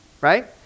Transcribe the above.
right